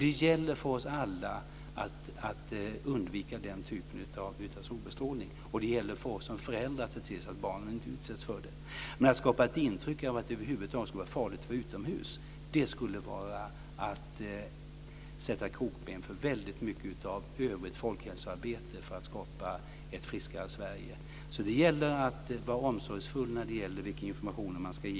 Det gäller för oss alla att undvika den typen av solbestrålning, och det gäller för oss som föräldrar att se till att barnen inte utsätts för det. Men att skapa ett intryck av att det över huvud taget skulle vara farligt att var utomhus skulle vara att sätta krokben för mycket av övrigt folkhälsoarbete för att skapa ett friskare Sverige. Det gäller att vara omsorgsfull i fråga om vilken information man ska ge.